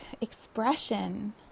expression